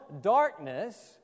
darkness